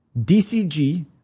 DCG